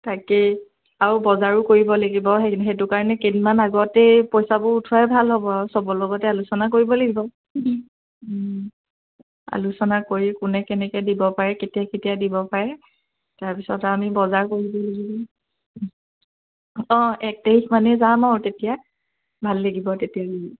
তাকেই আৰু বজাৰো কৰিব লাগিব সেই সেইটো কাৰণে কেইদিনমান আগতেই পইছাবোৰ উঠোৱাই ভাল হ'ব আৰু চবৰ লগতে আলোচনা কৰিব লাগিব আলোচনা কৰি কোনে কেনেকৈ দিব পাৰে কেতিয়া কেতিয়া দিব পাৰে তাৰ পিছত আৰু আমি বজাৰ কৰিব লাগিব অঁ এক তাৰিখমানেই যাম আৰু তেতিয়া ভাল লাগিব তেতিয়া